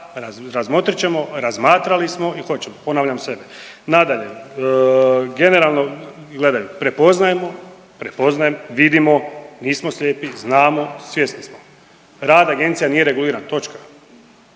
Razmotrit ćemo, razmatrali smo i hoćemo. Ponavljam sebe. Nadalje, generalno gledaju, prepoznajemo, prepoznajem, vidimo, nismo slijepi, znamo, svjesni smo. Rad agencija nije reguliran. Točka.